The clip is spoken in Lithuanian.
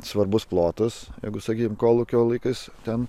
svarbus plotus jeigu sakykime kolūkio laikais ten